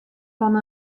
fan